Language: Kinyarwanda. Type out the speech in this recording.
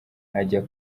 ajya